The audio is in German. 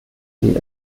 sie